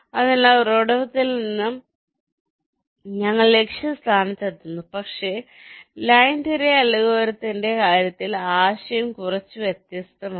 അതിനാൽ ഉറവിടത്തിൽ നിന്ന് ഞങ്ങൾ ലക്ഷ്യസ്ഥാനത്ത് എത്തുന്നു പക്ഷേ ലൈൻ തിരയൽ അൽഗോരിതത്തിന്റെ കാര്യത്തിൽ ആശയം കുറച്ച് വ്യത്യസ്തമാണ്